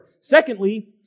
Secondly